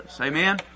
Amen